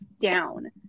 down